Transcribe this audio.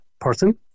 person